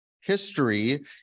History